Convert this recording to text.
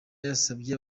yasabye